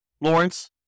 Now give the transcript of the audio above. Lawrence